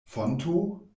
fonto